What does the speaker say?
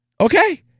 Okay